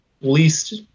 least